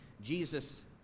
Jesus